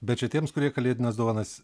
bet čia tiems kurie kalėdines dovanas